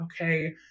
okay